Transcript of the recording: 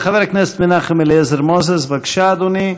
חבר הכנסת מנחם אליעזר מוזס, בבקשה, אדוני,